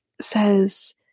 says